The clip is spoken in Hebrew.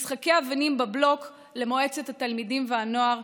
בין משחקי אבנים בבלוק למועצת התלמידים והנוער,